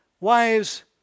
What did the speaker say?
wives